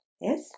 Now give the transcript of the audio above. Yes